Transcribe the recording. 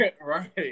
right